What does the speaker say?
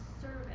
service